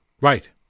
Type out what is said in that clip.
Right